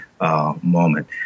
Moment